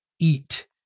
eat